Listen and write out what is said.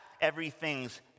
everything's